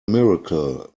miracle